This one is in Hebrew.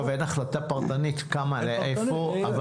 ואין החלטה פרטנית כמה לאיפה.